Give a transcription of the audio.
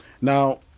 Now